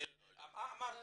אמרתי,